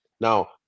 Now